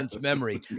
memory